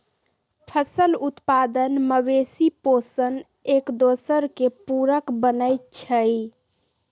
फसल उत्पादन, मवेशि पोशण, एकदोसर के पुरक बनै छइ